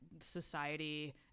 society